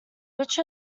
which